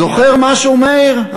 זוכר משהו, מאיר?